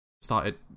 started